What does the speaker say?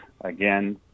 Again